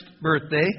birthday